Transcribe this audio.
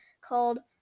called